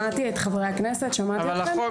שמעתי את חברי הכנסת, שמעתי אתכם.